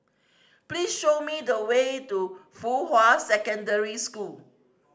please show me the way to Fuhua Secondary School